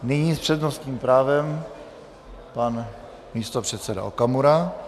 Nyní s přednostním právem pan místopředseda Okamura.